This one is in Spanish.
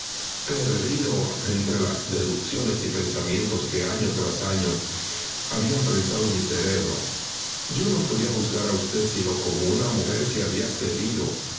perdido entre las deducciones y pensamientos que año tras año habían prensado mi cerebro yo no podía juzgar a usted sino como una mujer que había